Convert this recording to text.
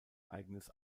eigenes